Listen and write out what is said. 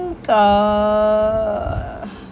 err